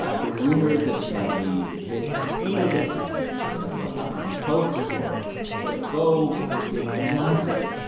ah the rumors that she might leave hit a fever pitch this week because of a huffington post report that vogue would give beyonce,